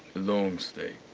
long stay.